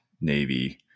Navy